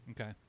Okay